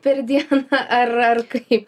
per dieną ar ar kaip